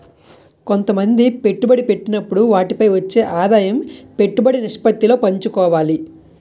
కొంతమంది పెట్టుబడి పెట్టినప్పుడు వాటిపై వచ్చే ఆదాయం పెట్టుబడి నిష్పత్తిలో పంచుకోవాలి